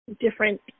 different